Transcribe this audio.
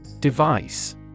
Device